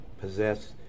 possess